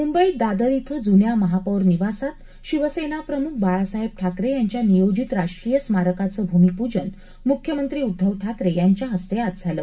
मुंबईत दादर इथं जुन्या महापौर निवासात शिवसेनाप्रमुख बाळासाहेब ठाकरे यांच्या नियोजित राष्ट्रीय स्मारकाचं भूमिपूजन मुख्यमंत्री उद्धव ठाकरे यांच्या हस्ते आज झालं